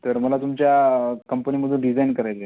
तर मला तुमच्या कंपनीमधून डिझाईन करायचं आहे